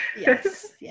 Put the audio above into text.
Yes